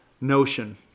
notion